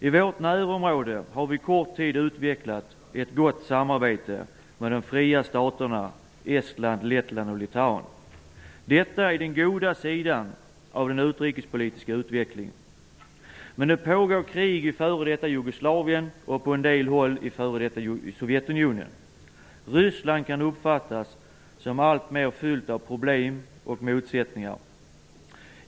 I vårt närområde har vi på kort tid utvecklat ett gott samarbete med de fria staterna Estland, Lettland och Litauen. Detta är den goda sidan av den utrikespolitiska utvecklingen. Men det pågår krig i f .d. Jugoslavien och på en del håll i f.d. Sovjetunionen. Ryssland kan uppfattas som alltmer fyllt av problem och motsättningar.